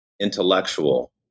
intellectual